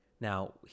Now